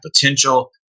potential